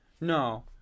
no